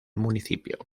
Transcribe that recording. municipio